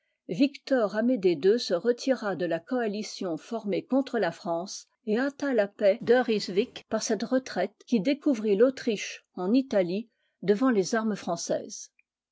principe victor amédéc ii se retira de la coalition formée contre la france et hâta la paix de ryswik par cette retraite qui découvrit l'autriche en italie devant les armes françaises